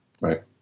Right